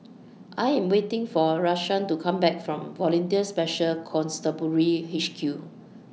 I Am waiting For Rashawn to Come Back from Volunteer Special Constabulary H Q